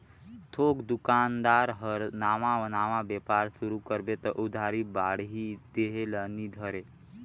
थोक दोकानदार हर नावा नावा बेपार सुरू करबे त उधारी बाड़ही देह ल नी धरे